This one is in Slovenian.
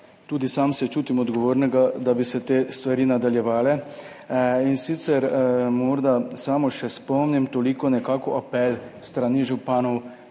tudi sam čutim odgovornega, da bi se te stvari nadaljevale. Morda samo še spomnim, nekako apel s strani županov,